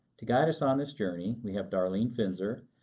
to guide us on this journey we have darlene finzer,